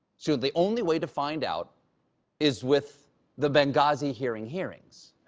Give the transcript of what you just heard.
so the only way to find out is with the benghazi hearing hearings.